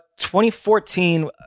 2014